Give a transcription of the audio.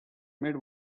made